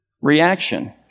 reaction